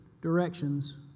directions